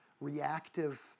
reactive